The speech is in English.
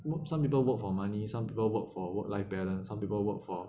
work some people work for money some people work for work life balance some people work for